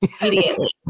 immediately